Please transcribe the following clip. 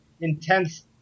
intense